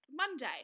Monday